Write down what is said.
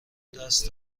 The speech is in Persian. دست